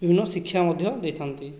ବିଭିନ୍ନ ଶିକ୍ଷା ମଧ୍ୟ ଦେଇଥାନ୍ତି